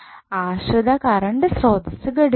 ആശ്രിത കറണ്ട് സ്രോതസ്സ് ഘടിപ്പിച്ചു